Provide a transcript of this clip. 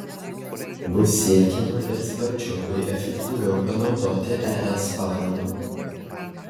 bus siekiama ir sparčiau bei efektyviau panaudoti es paramą